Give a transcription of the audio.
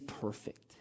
perfect